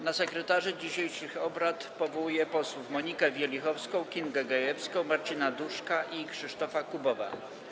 Na sekretarzy dzisiejszych obrad powołuję posłów Monikę Wielichowską, Kingę Gajewską, Marcina Duszka i Krzysztofa Kubowa.